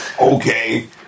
Okay